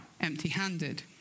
empty-handed